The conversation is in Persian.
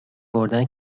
بردن